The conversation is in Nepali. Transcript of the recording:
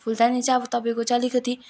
फुलदानी चाहिँ अब तपाईँको चाहिँ अलिकति